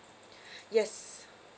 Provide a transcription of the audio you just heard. yes